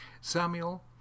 Samuel